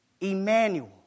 Emmanuel